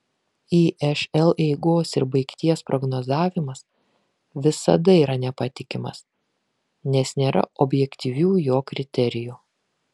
išl eigos ir baigties prognozavimas visada yra nepatikimas nes nėra objektyvių jo kriterijų